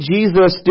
Jesus